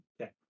Okay